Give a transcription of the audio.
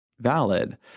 valid